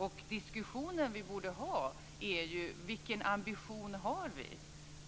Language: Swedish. Och den diskussion som vi borde föra är ju vilken ambition som vi har